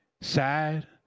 sad